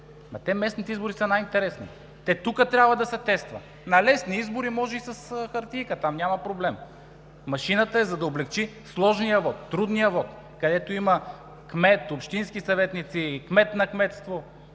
Но местните избори са най-интересни, тук трябва да се тестват. На местни избори може и с хартийка, няма проблем. Машината е за да облекчи трудния, сложния вот, където има кмет, общински съветници, кмет на кметство